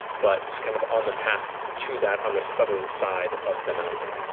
but kind of on the path to that, on the southern side of the mountain.